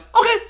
okay